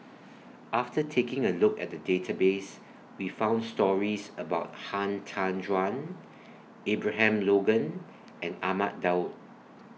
after taking A Look At The Database We found stories about Han Tan Juan Abraham Logan and Ahmad Daud